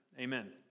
Amen